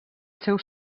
seu